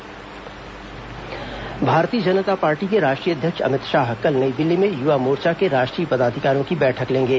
भाजयुमो बैठक भारतीय जनता पार्टी के राष्ट्रीय अध्यक्ष अमित शाह कल नई दिल्ली में यूवा मोर्चे के राष्ट्रीय पदाधिकारियों की बैठक लेंगे